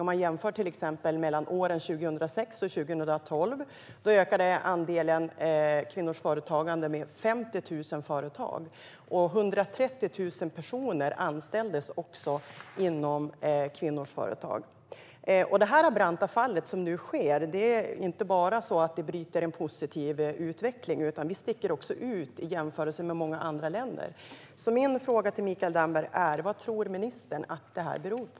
Man kan jämföra med till exempel perioden 2006-2012, då mängden kvinnligt företagande ökade med 50 000 företag. 130 000 personer anställdes också inom kvinnors företag. Det är nu ett brant fall. Det är inte bara så att det bryter en positiv utveckling, utan vi sticker också ut i jämförelse med många andra länder. Min fråga till Mikael Damberg är: Vad tror ministern att det här beror på?